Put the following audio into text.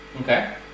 Okay